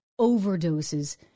overdoses